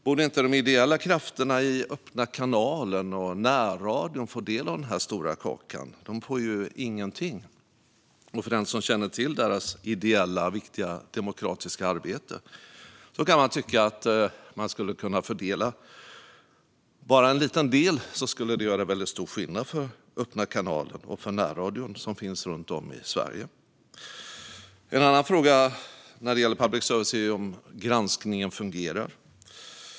Borde inte de ideella krafterna i Öppna kanalen och närradion få del av denna stora kaka? De får ju ingenting. Den som känner till deras ideella, viktiga demokratiska arbete kan tycka att de borde kunna få en liten del. Det skulle göra stor skillnad för Öppna kanalen och närradion runt om i Sverige. En annan fråga är om granskningen av public service fungerar.